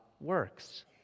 works